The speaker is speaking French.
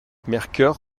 mercœur